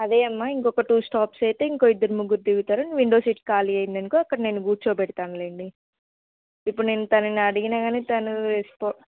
అదే అమ్మా ఇంకొక టూ స్టాప్స్ అయితే ఇంకో ఇద్దరు ముగ్గురు దిగుతారు విండో సీట్ కాళీ అయిందనుకో అక్కడ నిన్ను కూర్చో పెడతానులేండి ఇప్పుడు నేను తనని అడిగినా కానీ తను రస్పా